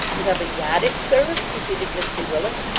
you haven't got it, sir repeated mr willet,